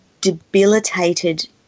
debilitated